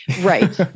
Right